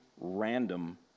random